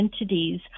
entities